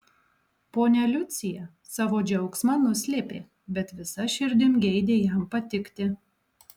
ponia liucija savo džiaugsmą nuslėpė bet visa širdim geidė jam patikti